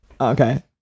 Okay